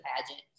pageant